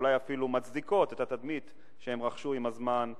ואולי אפילו מצדיקות את התדמית שהן רכשו עם הזמן,